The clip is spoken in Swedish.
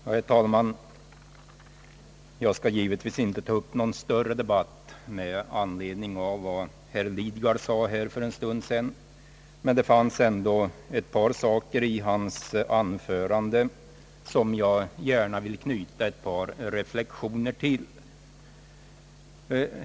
Herr talman! Jag skall givetvis inte ta upp någon större debatt med anledning av vad herr Lidgard anförde för en stund sedan, men det var ett par saker i hans anförande som jag gärna vill knyta ett par reflexioner till.